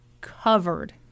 covered